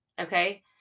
okay